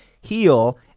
heal